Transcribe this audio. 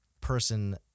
person